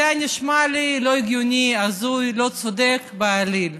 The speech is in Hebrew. זה נשמע לי לא הגיוני, הזוי, לא צודק בעליל.